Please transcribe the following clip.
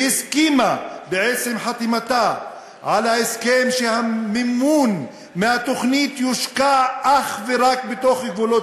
והסכימה בעצם חתימתה על ההסכם שהמימון מהתוכנית יושקע אך ורק בתוך גבולות